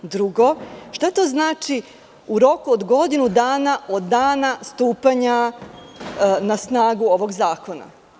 Drugo, šta to znači u roku od godinu dana od dana stupanja na snagu ovog zakona?